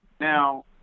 now